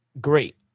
great